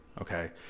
okay